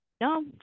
No